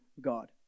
God